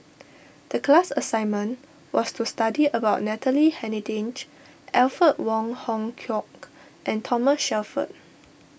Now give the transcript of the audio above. the class assignment was to study about Natalie Hennedige Alfred Wong Hong Kwok and Thomas Shelford